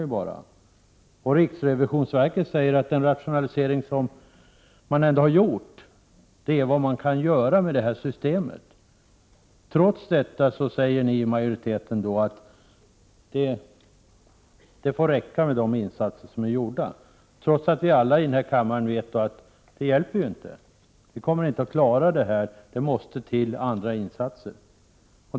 Riksrevisionsverket säger att den Prot. 1988/89:25 rationalisering som man ändå har gjort, är vad man kan göra med det här 16 november 1988 systemet. Trots detta säger ni från majoritetens sida att det får räckamedde = M,ioood oder insatser som har gjorts. Vi vet alla i denna kammare att det inte hjälper. Vi kommer inte att klara detta. Det måste till andra insatser.